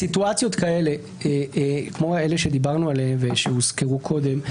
בסיטואציות כמו אלה שדיברנו עליהן ושהוזכרו קודם,